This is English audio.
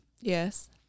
Yes